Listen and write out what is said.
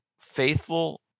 faithful